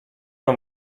una